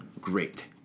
great